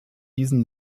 diesen